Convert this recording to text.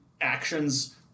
actions